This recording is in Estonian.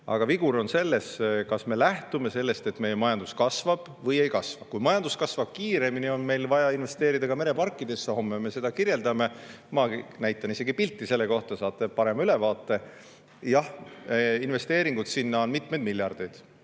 Aga vigur on selles, kas me lähtume sellest, et meie majandus kasvab, või sellest, et ei kasva. Kui majandus kasvab kiiremini, on meil vaja investeerida ka mereparkidesse. Homme me kirjeldame, ma näitan isegi pilti selle kohta, saate parema ülevaate. Jah, investeeringud sinna on mitu miljardit,